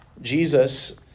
Jesus